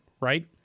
right